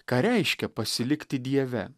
ką reiškia pasilikti dieve